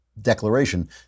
declaration